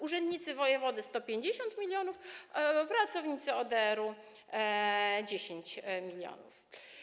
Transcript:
Urzędnicy wojewody - 150 mln, pracownicy ODR-u - 10 mln.